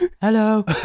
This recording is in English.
Hello